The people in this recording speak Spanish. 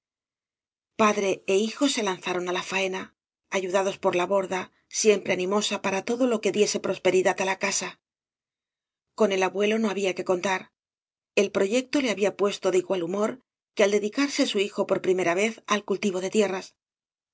padre é hijo se lanzaron á la faena ayudados por la borda siempre animosa para todo lo que diese prosperidad á la casa con el abuelo no ha bía que contar el proyecto le había puesto de igual humor que al dedicarse su hijo por primera vez al cultivo de tierras